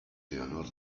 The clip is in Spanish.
leonor